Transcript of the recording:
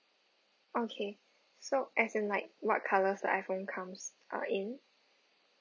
okay so as in like what colors the iPhone comes uh in